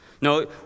No